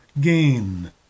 gain